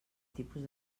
tipus